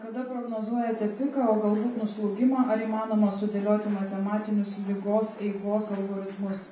kada prognozuojate piką o galbūt nuslūgimą ar įmanoma sudėlioti matematinius ligos eigos algoritmus